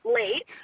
late